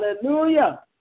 Hallelujah